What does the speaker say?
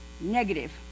negative